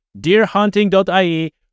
deerhunting.ie